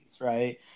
right